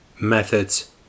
Methods